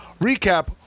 recap